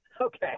Okay